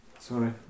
Sorry